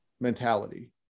mentality